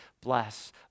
bless